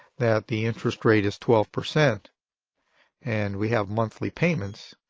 that the interest rate is twelve percent and we have monthly payments,